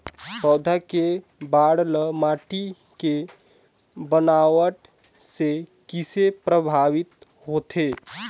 पौधा के बाढ़ ल माटी के बनावट से किसे प्रभावित होथे?